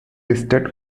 listed